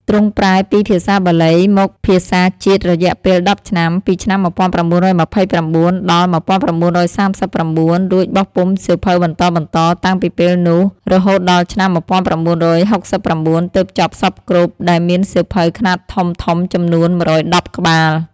ទ្រង់ប្រែពីភាសា បាលី មកភាសាជាតិរយៈពេល១០ឆ្នាំ ពីឆ្នាំ ១៩២៩-១៩៣៩ រួចបោះពុម្ពសៀវភៅបន្តៗ តាំងពីពេលនោះរហូតដល់ឆ្នាំ១៩៦៩ ទើបចប់សព្វគ្រប់ដែលមានសៀវភៅខ្នាតធំៗចំនួន ១១០ ក្បាល ។